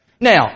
Now